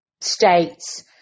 states